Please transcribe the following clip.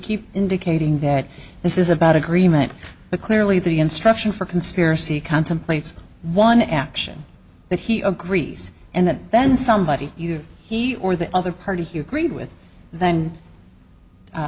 keep indicating that this is about agreement the clearly the instruction for conspiracy contemplates one action that he agrees and that then somebody you he or the other party he agreed with then u